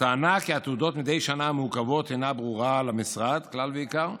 הטענה שהתעודות מעוכבות מדי שנה אינה ברורה למשרד כלל ועיקר.